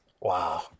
wow